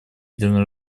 ядерного